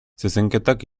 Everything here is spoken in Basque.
zezenketak